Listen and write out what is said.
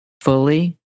fully